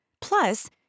Plus